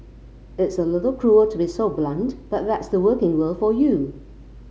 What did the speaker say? it's a little cruel to be so blunt but that's the working world for you